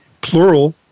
plural